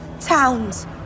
Towns